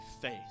faith